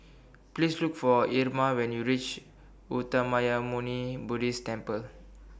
Please Look For Irma when YOU REACH Uttamayanmuni Buddhist Temple